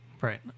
Right